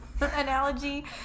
analogy